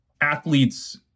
athletes